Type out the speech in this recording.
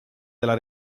della